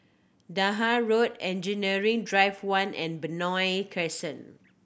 Dahan Road Engineering Drive One and Benoi Crescent